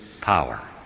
power